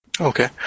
Okay